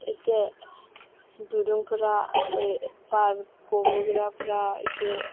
एसे दिरुंफोरा बार गहोग्राफोरा एसे